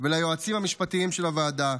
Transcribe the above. וליועצים המשפטיים של הוועדה,